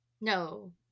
No